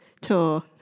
tour